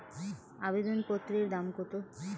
আবেদন পত্রের দাম কত?